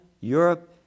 Europe